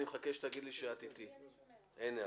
אין הערה.